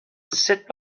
sut